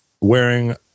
wearing